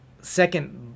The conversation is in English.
second